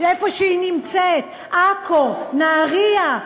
איפה שהיא נמצאת, עכו, נהריה.